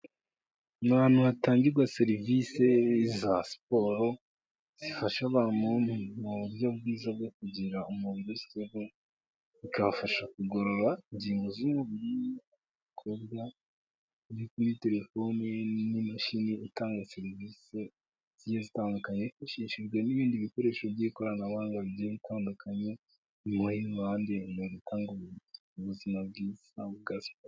Ahantu hatangirwa serivise za siporo, zifasha abantu mu buryo bwiza bwo kugira umubiri uri sitabo, bikabafasha kugorora ingingo z'umubiri ku buryo buri kuri telefoni n'imashini utanga serivisi zigiye zitandukanye, hifashishijwe n'ibindi bikoresho by'ikoranabuhanga bigiye bitandukanye nyuma ibindi bigiye bitandukanye ubuzima bwiza bwa siporo.